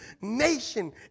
nation